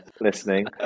listening